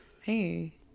Hey